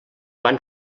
van